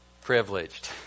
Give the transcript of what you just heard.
privileged